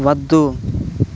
వద్దు